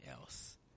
else